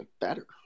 better